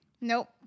Nope